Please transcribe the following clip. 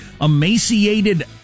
emaciated